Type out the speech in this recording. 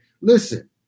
listen